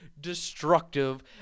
destructive